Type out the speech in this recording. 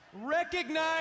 recognize